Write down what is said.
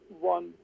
one